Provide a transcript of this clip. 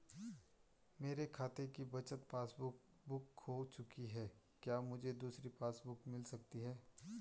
मेरे खाते की बचत पासबुक बुक खो चुकी है क्या मुझे दूसरी पासबुक बुक मिल सकती है?